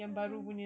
mmhmm